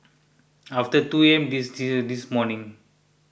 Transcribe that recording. after two A M this morning